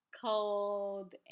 cold